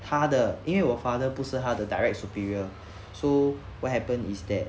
他的因为我 father 不是他的 direct superior so what happen is that